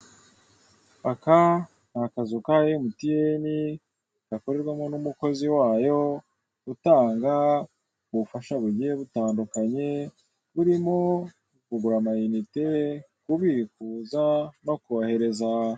Umugore wambaye ikanzu y'amabara impande ye umusore uhetse igikapu cy'umutuku imbere yabo hari umugabo wambaye imyenda y'icyatsi kibisi, ushinzwe umutekano inyuma yabo inyubako ndende ikorerwamo ubucuruzi.